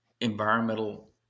environmental